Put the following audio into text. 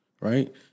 Right